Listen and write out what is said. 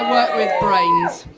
um brains.